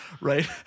right